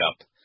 up